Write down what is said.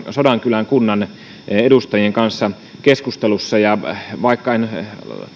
sodankylän kunnan edustajien kanssa keskustelemassa ja vaikka en